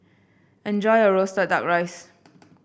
enjoy your roasted duck rice